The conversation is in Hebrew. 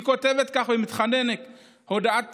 היא כותבת כך ומתחננת בהודעה